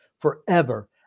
Forever